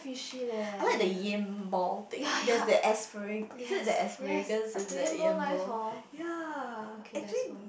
I like the Yam ball thing there's the aspa~ is it the asparagus is the Yam ball ya actually